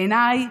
בעיניי,